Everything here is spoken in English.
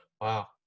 wow